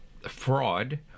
fraud